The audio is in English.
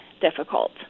difficult